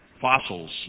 fossils